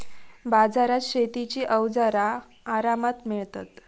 बाजारात शेतीची अवजारा आरामात मिळतत